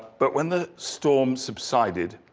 but when the storm subsided,